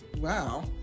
wow